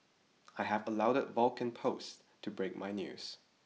I have allowed the Vulcan post to break my news